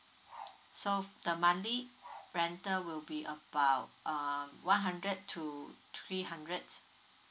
so the monthly rental will be about uh one hundred to three hundred